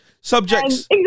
Subjects